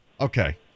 Okay